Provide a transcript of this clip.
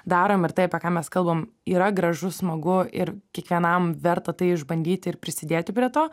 darom ir tai apie ką mes kalbam yra gražu smagu ir kiekvienam verta tai išbandyti ir prisidėti prie to